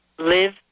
Live